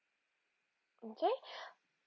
okay